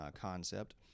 concept